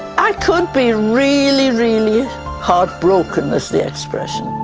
i could be really, really heartbroken, is the expression.